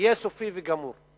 יהיה סופי וגמור,